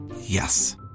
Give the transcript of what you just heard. Yes